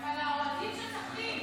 אבל האוהדים של סח'נין